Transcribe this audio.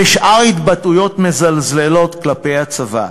ושאר התבטאויות מזלזלות כלפי הצבא.